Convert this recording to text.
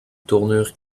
tournure